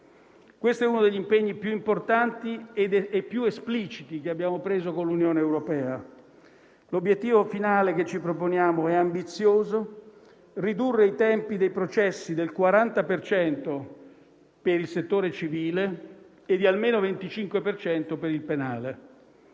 Questo è uno degli impegni più importanti ed espliciti che abbiamo preso verso l'Unione europea. L'obiettivo finale che ci proponiamo è ambizioso: ridurre i tempi dei processi del 40 per cento per il settore civile e almeno del 25 per